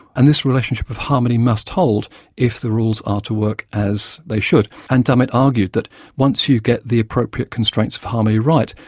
and this relationship of harmony must hold if the rules are to work as they should. and dummett argued that once you get the appropriate constraints for harmony right,